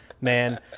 Man